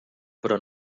però